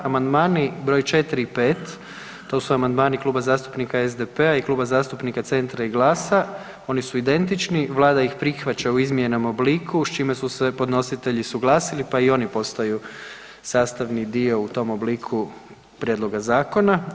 Amandmani br. 4. i 5., to su amandman Kluba zastupnika SDP-a i Kluba zastupnika Centra i GLAS-a, oni su identični, Vlada ih prihvaća u izmijenjenom obliku s čime su podnositelji suglasili pa i oni postaju sastavni dio u tom obliku prijedloga zakona.